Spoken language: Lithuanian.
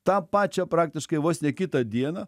tą pačią praktiškai vos ne kitą dieną